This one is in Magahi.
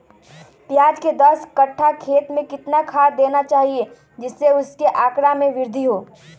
प्याज के दस कठ्ठा खेत में कितना खाद देना चाहिए जिससे उसके आंकड़ा में वृद्धि हो?